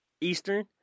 Eastern